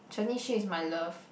Chen-Yi-Xun is my love